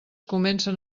comencen